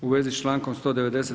U vezi sa člankom 190.